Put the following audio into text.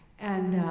and